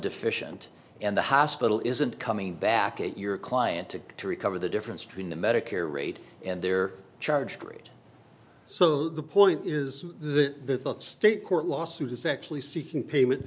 deficient and the hospital isn't coming back at your client to to recover the difference between the medicare rate and their charged rate so the point is the state court lawsuit is actually seeking payment